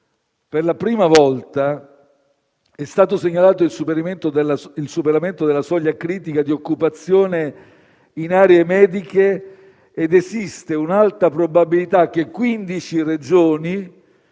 per la prima volta è stato segnalato il superamento della soglia critica di occupazione in aree mediche ed esiste un'alta probabilità che 15 Regioni